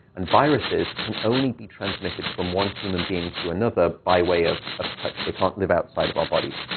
and viruses can only be transmitted from one human being to another by way of of touch. they can't live outside of our bodies.